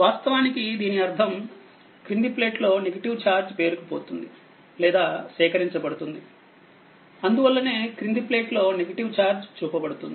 వాస్తవానికిదీని అర్థంక్రింది ప్లేట్లో negative charge పేరుకుపోతుంది లేదా సేకరించబడుతుంది అందువల్లనే క్రింది ప్లేట్లో నెగెటివ్ ఛార్జ్ చూపబడుతుంది